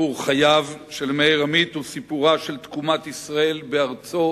סיפור חייו של מאיר עמית הוא סיפורה של תקומת ישראל בארצו,